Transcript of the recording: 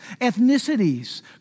ethnicities